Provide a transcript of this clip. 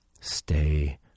stay